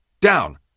Down